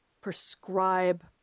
prescribe